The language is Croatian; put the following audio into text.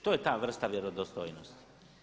To je ta vrsta vjerodostojnosti.